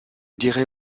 dirait